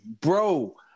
bro